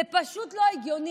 זה פשוט לא הגיוני.